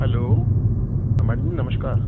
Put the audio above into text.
hello madam ji नमस्कार